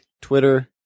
Twitter